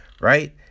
Right